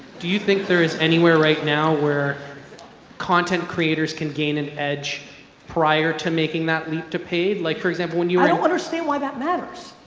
do you think there is anywhere right now where content creators can gain an edge prior to making that leap to paid? like for example when you are i don't understand why that matters.